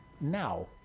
now